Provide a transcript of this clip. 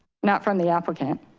not from the applicant.